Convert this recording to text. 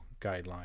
guideline